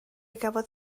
gafodd